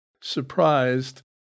surprised